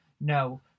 No